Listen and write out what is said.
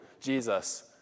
Jesus